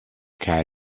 kaj